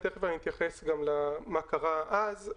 ותכף אני אתייחס למה שקרה אז,